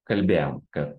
kalbėjom kad